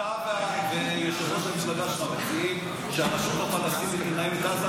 אתה ויושב-ראש המפלגה שלך מציעים שהרשות הפלסטינית תנהל את עזה?